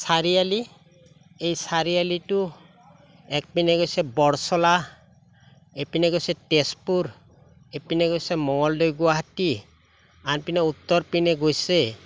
চাৰিআলি এই চাৰিআলিটো একপিনে গৈছে বৰচলা এপিনে গৈছে তেজপুৰ এপিনে গৈছে মঙলদে গুৱাহাটী আনপিনে উত্তৰপিনে গৈছে